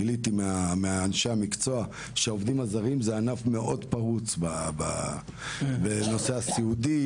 גיליתי מאנשי המקצוע שהעובדים הזרים זה ענף מאוד פרוץ בנושא הסיעודי,